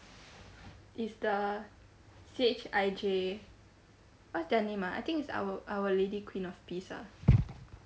it's the C_H_I_J what's their name ah I think it's our our lady queen of peace ah